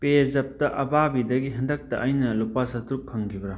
ꯄꯦ ꯖꯞꯇ ꯑꯄꯥꯕꯤꯗꯒꯤ ꯍꯟꯗꯛꯇ ꯑꯩꯅ ꯂꯨꯄꯥ ꯆꯇ꯭ꯔꯨꯛ ꯐꯪꯈꯤꯕ꯭ꯔꯥ